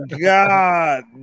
God